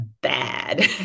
bad